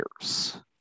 years